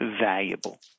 valuable